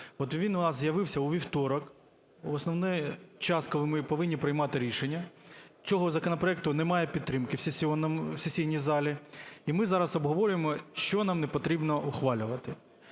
він у нас з'явився у вівторок в основний час, коли ми повинні приймати рішення. В цього законопроекту немає підтримки в сесійній залі, і ми зараз обговорюємо, що нам не потрібно ухвалювати.